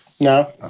No